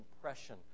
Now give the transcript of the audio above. impression